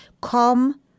come